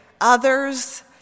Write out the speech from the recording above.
others